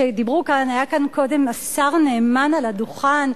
כשדיברו כאן היה כאן קודם השר נאמן על הדוכן,